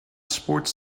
sports